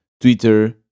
Twitter